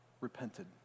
repented